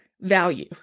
value